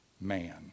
man